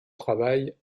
travail